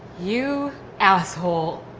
you asshole.